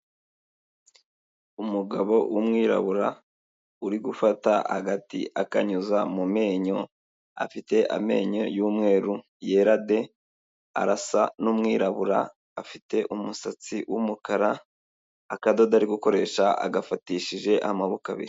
Umugabo w'umwirabura uri gufata agati akanyuza mu menyo, afite amenyo y'umweru yera de arasa n'umwirabura afite umusatsi w'umukara, akadodo ari gukoresha agafatishije amaboko abiri.